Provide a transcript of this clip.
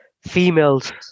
females